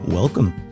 Welcome